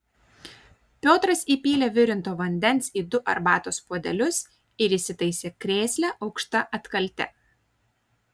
piotras įpylė virinto vandens į du arbatos puodelius ir įsitaisė krėsle aukšta atkalte